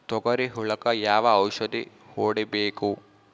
ತೊಗರಿ ಹುಳಕ ಯಾವ ಔಷಧಿ ಹೋಡಿಬೇಕು?